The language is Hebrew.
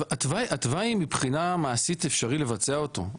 התוואי מבחינה מעשית, אפשרי לבצע אותו.